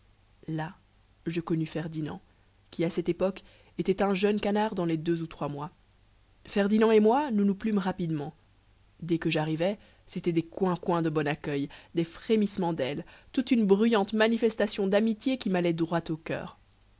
là je connus ferdinand qui à cette époque était un jeune canard dans les deux ou trois mois ferdinand et moi nous nous plûmes rapidement dès que jarrivais cétaient des coincoins de bon accueil des frémissements dailes toute une bruyante manifestation damitié qui mallait droit au coeur